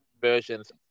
versions